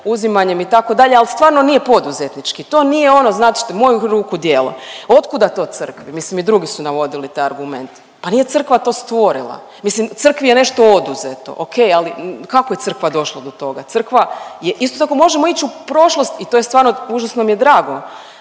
uzimanjem itd., al stvarno nije poduzetnički. To nije ono znači mojih ruku djelo. Otkuda to crkvi, mislim i drugi su navodili taj argument. Pa nije crkva to stvorila, mislim crkvi je nešto oduzeto, okej, ali kako je crkva došla do toga? Crkva je, isto tako možemo ić u prošlost i to je stvarno, užasno mi je drago